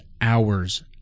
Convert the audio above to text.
hours